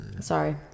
Sorry